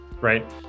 right